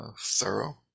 thorough